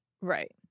right